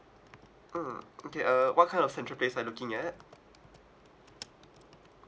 mm okay uh what kind of central place you are looking at